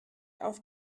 auf